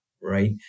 Right